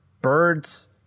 birds